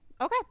Okay